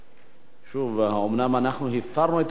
שוב, אומנם הפרנו את המנהג